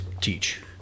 teach